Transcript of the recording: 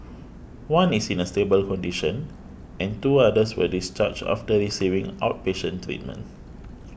one is in a stable condition and two others were discharged after receiving outpatient treatment